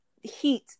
heat